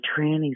trannies